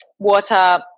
water